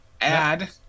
add